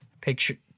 picture